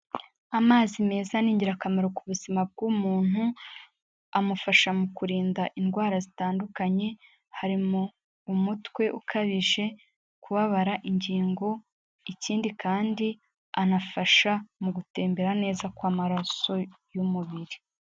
Amazi meza ni ingirakamaro ku buzima bw'umuntu, amufasha mu kurinda indwara zitandukanye, harimo umutwe ukabije, kubabara ingingo, ikindi kandi anafasha mu gutembera neza kw'amaraso y'umubiri.